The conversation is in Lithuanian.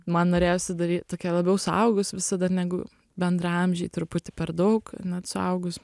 man norėjosi daryt tokia labiau suaugus visada negu bendraamžiai truputį per daug net suaugus